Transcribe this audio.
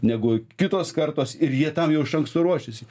negu kitos kartos ir jie tam jau iš anksto ruošiasi